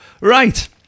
Right